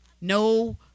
No